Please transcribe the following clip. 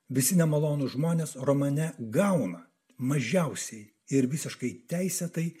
visi nemalonūs žmonės romane gauna mažiausiai ir visiškai teisėtai